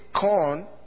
corn